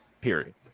Period